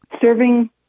serving